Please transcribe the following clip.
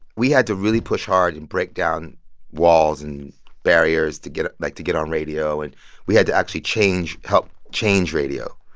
we had to really push hard and break down walls and barriers to get like to get on radio. and we had to actually change help change radio.